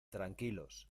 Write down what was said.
tranquilos